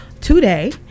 today